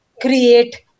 create